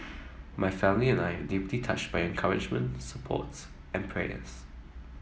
my family and I are deeply touched by your encouragement supports and prayers